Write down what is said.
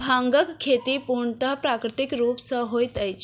भांगक खेती पूर्णतः प्राकृतिक रूप सॅ होइत अछि